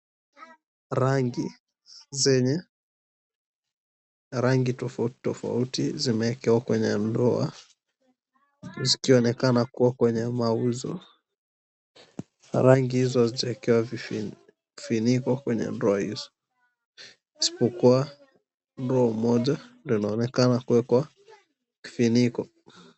Rangi zenye rangi tofauti tofauti zimekwa kwenye ndoo zikionekana kua kwenye mauzo, rangi hizo hazijaekewa vifiniko kwenye ndoo hizo isipokua ndoo moja ndo inaonekana kuwekwa kifiniko.